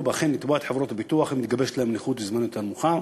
לתבוע את חברות הביטוח אם מתגבשת להם נכות יותר מאוחר.